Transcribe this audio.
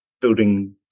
building